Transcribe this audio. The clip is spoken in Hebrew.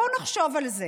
בואו נחשוב על זה: